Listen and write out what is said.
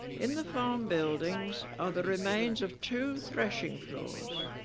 in the farm buildings are the remains of two thrashing floors